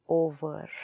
over